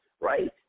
right